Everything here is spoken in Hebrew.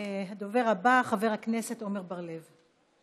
הדובר הבא, חבר הכנסת עמר בר-לב.